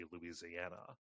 louisiana